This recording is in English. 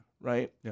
Right